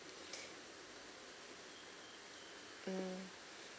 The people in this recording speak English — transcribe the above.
mm